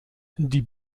die